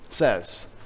says